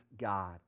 God